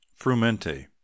Frumente